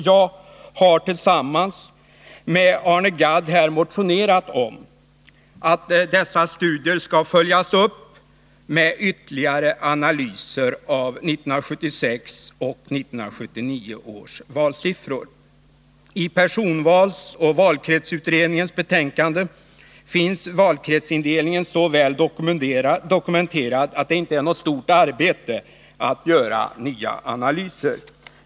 Jag har tillsammans med Arne Gadd motionerat om att dessa studier skall följas upp med ytterligare analyser av 1976 och 1979 års valsiffror. I personvalsoch valkretsutredningens betänkande finns valkretsindelningen så väl dokumenterad att det inte är något stort arbete att göra nya analyser.